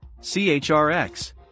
CHRX